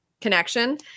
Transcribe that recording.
connection